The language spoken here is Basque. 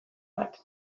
bat